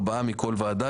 4 מכל ועדה,